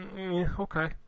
Okay